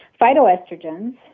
Phytoestrogens